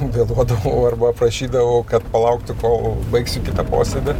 vėluodavau arba prašydavo kad palauktų kol baigsiu kitą posėdį